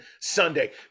Sunday